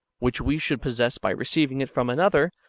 which we should possess by receiving it from another.